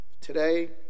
today